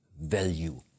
value